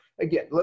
again